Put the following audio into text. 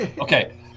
Okay